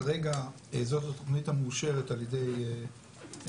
כרגע זאת התוכנית המאושרת על ידי משרד